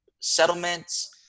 settlements